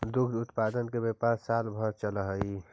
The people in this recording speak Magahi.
दुग्ध उत्पादन के व्यापार साल भर चलऽ हई